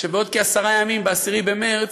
שבעוד כעשרה ימים, ב-10 במרס,